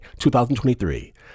2023